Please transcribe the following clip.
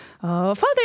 Father